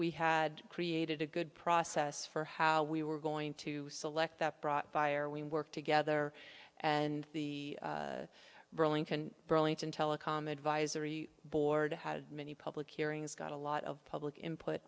we had created a good process for how we were going to select that brought fire we work together and the burlington burlington telecom advisory board how many public hearings got a lot of public input